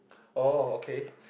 oh okay